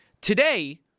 Today